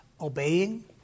obeying